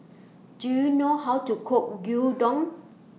Do YOU know How to Cook Gyudon